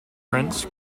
prince